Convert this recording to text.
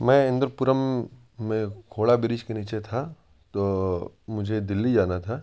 میں اِندر پورم میں کھوڑا بریج کے نیچے تھا تو مجھے دلّی جانا تھا